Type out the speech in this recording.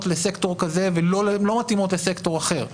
לסקטור כזה ולא מתאימות לסקטור אחר.